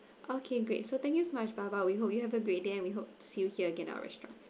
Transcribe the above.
okay great so thank you so much baba we hope you have a great day and we hope to see you here again at our restaurant